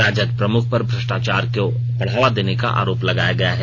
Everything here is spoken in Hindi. राजद प्रमुख पर भ्रष्टाचार को बढ़ावा देने का आरोप लगाया गया है